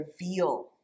reveal